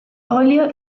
óleo